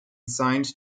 signed